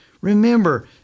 remember